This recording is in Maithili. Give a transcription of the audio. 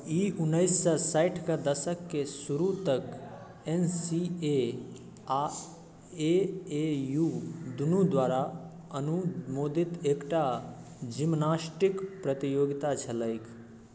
ई उनैस सओ साठिके दशकके शुरू तक एन सी ए आओर ए ए यू दुनू द्वारा अनुमोदित एकटा जिम्नास्टिक प्रतियोगिता छलै